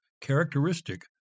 characteristic